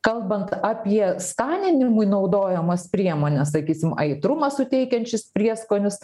kalbant apie skaninimui naudojamas priemones sakysim aitrumą suteikiančius prieskonius